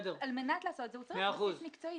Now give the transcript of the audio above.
על מנת לעשות את זה הוא צריך בסיס מקצועי,